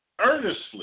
earnestly